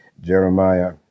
Jeremiah